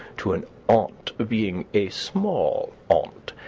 to an aunt being a small aunt,